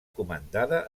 comandada